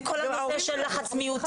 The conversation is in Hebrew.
וכל הנושא של לחץ מיעוטים,